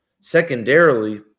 secondarily